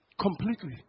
Completely